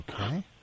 Okay